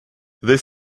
this